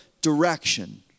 direction